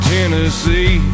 Tennessee